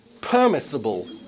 permissible